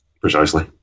precisely